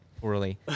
poorly